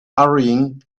hurrying